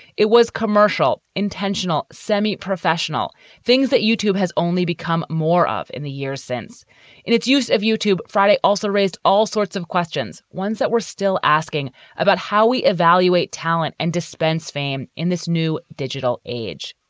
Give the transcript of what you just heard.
it was commercial, intentional, semi-professional things that youtube has only become more of in the years since its use of youtube. friday also raised all sorts of questions, ones that we're still asking about how we evaluate talent and dispense fame in this new digital age.